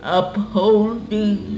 upholding